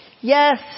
Yes